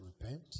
repent